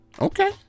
okay